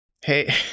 hey